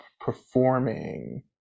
performing